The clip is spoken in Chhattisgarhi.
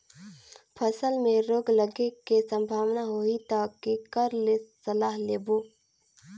फसल मे रोग लगे के संभावना होही ता के कर ले सलाह लेबो?